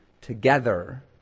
together